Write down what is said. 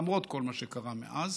למרות כל מה שקרה מאז,